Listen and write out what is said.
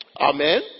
Amen